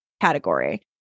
category